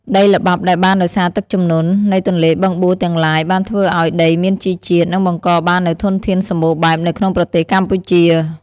ដីល្បាប់ដែលបានដោយសារទឹកជំនន់ នៃទន្លេបឹងបួរទាំងឡាយបានធ្វើឱ្យដីមានជីជាតិ និងបង្កបាននូវធនធានសម្បូរបែបនៅក្នុងប្រទេសកម្ពុជា។